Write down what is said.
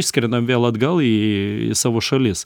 išskrendam vėl atgal į į savo šalis